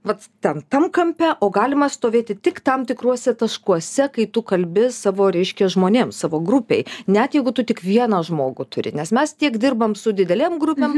vat tam tam kampe o galima stovėti tik tam tikruose taškuose kai tu kalbi savo reiškia žmonėms savo grupei net jeigu tu tik vieną žmogų turi nes mes tiek dirbam su didelėm grupėm